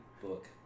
book